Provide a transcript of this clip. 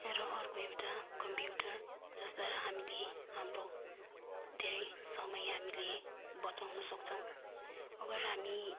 र अर्को एउटा कम्प्युटर जसलाई हामीले हाम्रो धेरै समय हामीले बचाउन सक्छौँ अगर हामी